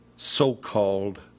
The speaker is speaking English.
so-called